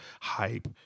hype